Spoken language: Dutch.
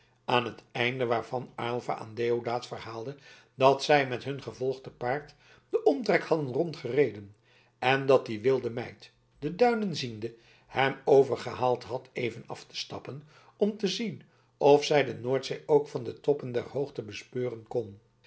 aan het einde waarvan aylva aan deodaat verhaalde dat zij met hun gevolg te paard den omtrek hadden rondgereden en dat die wilde meid de duinen ziende hem overgehaald had even af te stappen om te zien of zij de noordzee ook van de toppen der hoogten bespeuren konden